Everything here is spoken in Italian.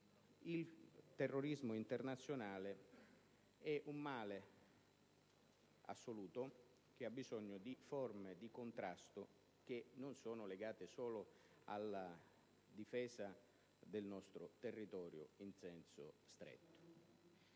il terrorismo internazionale sia un male assoluto, che ha bisogno di forme di contrasto che non sono legate solo alla difesa del nostro territorio in senso stretto.